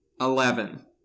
eleven